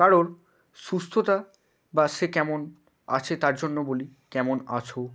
কারো সুস্থতা বা সে কেমন আছে তার জন্য বলি কেমন আছো